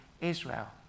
Israel